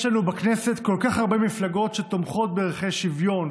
יש לנו בכנסת כל כך הרבה מפלגות שתומכות בערכי שוויון,